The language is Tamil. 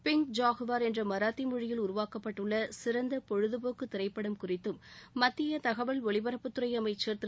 பிங்க் ஜாகுவார் என்ற மராத்தி மொழியில் உருவாக்கப்பட்டுள்ள சிறந்த பொழுதபோக்கு திரைப்படம் குறித்தும் மத்திய தகவல் ஒலிபரப்புத்துறை அமைச்சா் திரு